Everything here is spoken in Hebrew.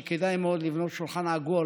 שכדאי מאוד לבנות שולחן עגול